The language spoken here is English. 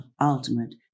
ultimate